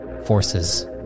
forces